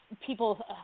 People